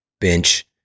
bench